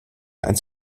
eins